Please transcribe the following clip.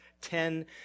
ten